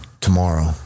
Tomorrow